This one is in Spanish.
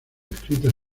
escritas